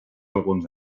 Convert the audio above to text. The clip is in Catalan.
alguns